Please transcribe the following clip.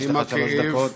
יש לך שלוש דקות.